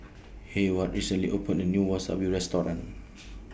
Heyward recently opened A New Wasabi Restaurant